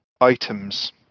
items